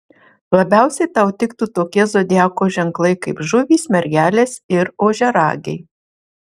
labiausiai tau tiktų tokie zodiako ženklai kaip žuvys mergelės ir ožiaragiai